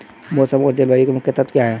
मौसम और जलवायु के मुख्य तत्व क्या हैं?